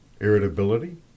Irritability